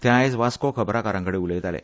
ते आयज वास्को खबराकारां कडेन उलयताले